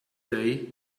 day